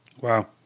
Wow